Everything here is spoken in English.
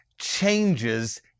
changes